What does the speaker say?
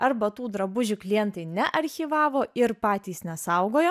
arba tų drabužių klientai nearchyvavo ir patys nesaugojo